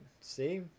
See